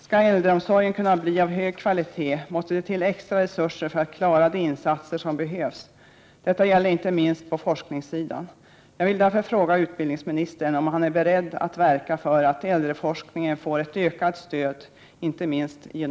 Skall äldreomsorgen kunna bli av hög kvalitet, måste det till extra resurser för att klara de insatser som behövs. Detta gäller inte minst på forskningssidan.